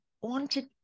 wanted